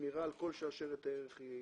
ושמירה על כל שרשרת הערך היא